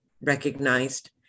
recognized